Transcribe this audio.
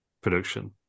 production